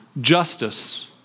justice